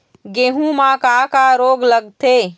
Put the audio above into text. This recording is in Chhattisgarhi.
गेहूं म का का रोग लगथे?